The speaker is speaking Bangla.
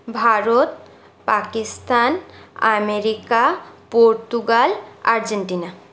Bharat Pakistan America Portugal Argentina